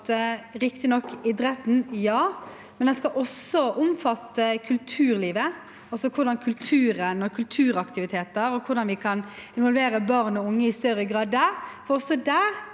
riktignok omfatte idretten, men den skal også omfatte kulturlivet, altså kultur og kulturaktiviteter og hvordan vi kan involvere barn og unge der i større grad. Også der